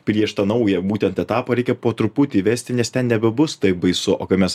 prieš tą naują būtent etapą reikia po truputį įvesti nes ten nebebus taip baisu o kai mes